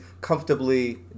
comfortably